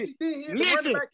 Listen